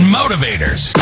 motivators